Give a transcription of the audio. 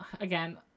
again